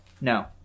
No